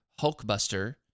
Hulkbuster